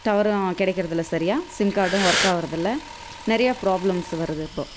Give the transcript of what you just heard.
டவரும் கெடைக்கிறதில்ல சரியாக சிம் கார்டும் ஒர்க் ஆகறதில்ல நிறைய ப்ராப்ளம்ஸ் வருது இப்போது